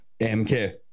mk